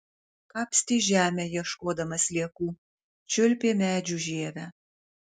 kapstė žemę ieškodama sliekų čiulpė medžių žievę